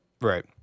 Right